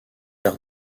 art